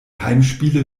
heimspiele